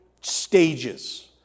stages